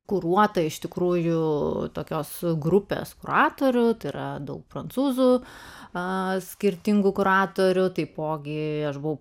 kuruota iš tikrųjų tokios grupės kuratorių tai yra prancūzų skirtingų kuratorių taipogi aš buvau